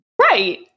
Right